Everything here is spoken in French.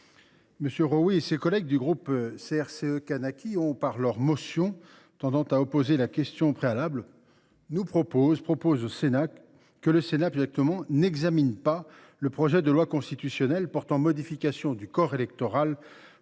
M. Xowie et ses collègues du groupe CRCE Kanaky proposent, par leur motion tendant à opposer la question préalable, que le Sénat n’examine pas le projet de loi constitutionnelle portant modification du corps électoral